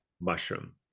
mushroom